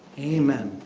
amen.